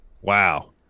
wow